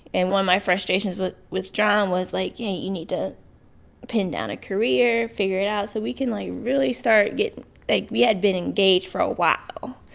and one of my frustrations but with jon was like, yeah you need to pin down a career, figure it out so we can, like, really start getting like, we had been engaged for a while.